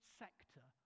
sector